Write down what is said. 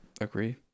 Agree